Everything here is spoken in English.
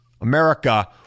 America